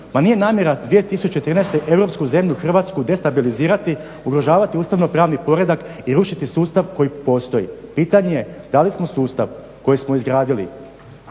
Ma nije namjera 2013.europsku zemlju Hrvatsku destabilizirati, ugrožavati ustavnopravni poredak i rušiti sustav koji postoji. Pitanje, da li smo sustav koji smo izgradili